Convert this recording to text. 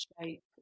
shape